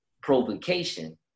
provocation